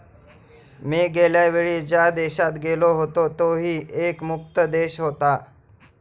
मी गेल्या वेळी ज्या देशात गेलो होतो तोही कर मुक्त देश होता